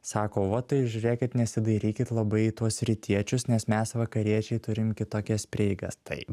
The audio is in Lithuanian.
sako va tai žiūrėkit nesidairykit labai į tuos rytiečius nes mes vakariečiai turim kitokias prieigas taip